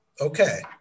okay